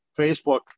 facebook